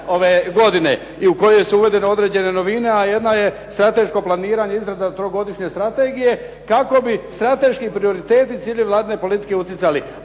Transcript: ove godine i kojem su uvedene određene novine, a jedna je strateško planiranje, izrada trogodišnje strategije kako bi strateški prioriteti cilj Vladine politike utjecali,